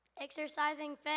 Exercising